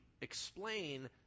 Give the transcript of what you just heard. explain